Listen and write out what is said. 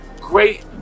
Great